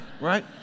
right